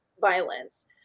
violence